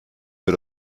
für